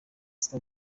sita